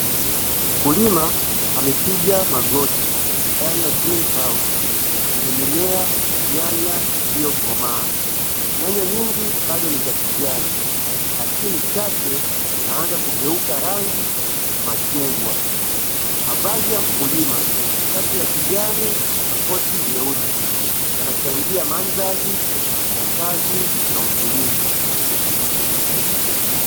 Mkulima amepiga magoti ndani ya nyumba ya kioo yenye mimea ya nyanya iliyokomaa, nyanya nyingi bado ni za kijani lakini chache zinaanza kugeuka rangi ya machungwa, mavazi ya mkulima shati la kijani na koti jeusi, yanachangia mandhari ya kazi na utulivu.